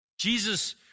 Jesus